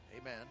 amen